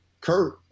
Kurt